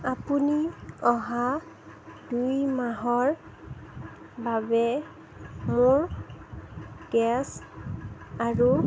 আপুনি অহা দুই মাহৰ বাবে মোৰ গেছ আৰু